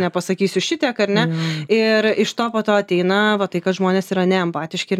nepasakysiu šitiek ar ne ir iš to po to ateina va tai kad žmonės yra neempatiški ir